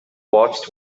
watched